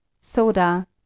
soda